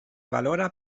valora